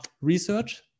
research